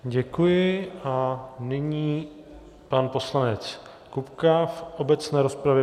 Děkuji a nyní pan poslanec Kupka v obecné rozpravě.